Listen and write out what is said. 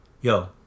Yo